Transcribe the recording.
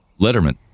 Letterman